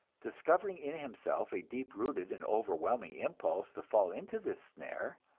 discovering in himself a deep-rooted and overwhelming impulse to fall into this snare,